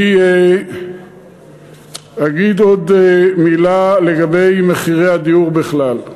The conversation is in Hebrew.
אני אגיד עוד מילה לגבי מחירי הדיור בכלל.